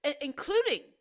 including